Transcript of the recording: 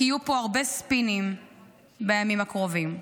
כי יהיו פה הרבה ספינים בימים הקרובים.